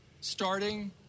Starting